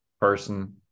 person